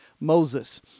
Moses